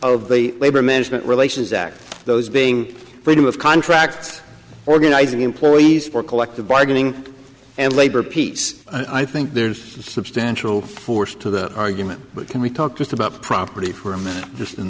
of the labor management relations act those being freedom of contract organizing employees for collective bargaining and labor peace i think there's substantial force to that argument but can we talk just about property for a minute just in